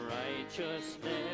righteousness